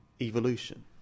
evolution